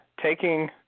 taking